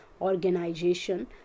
organization